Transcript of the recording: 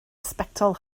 sbectol